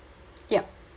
yup